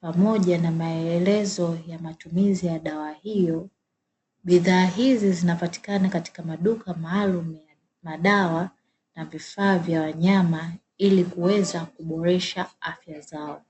pamoja na maelezo ya matumizi ya dawa hiyo, bidhaa hizi zinapatikana katika maduka maalumu ya madawa na vifaa vya wanyama ili kuweza kuboresha afya zao.